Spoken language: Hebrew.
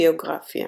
ביוגרפיה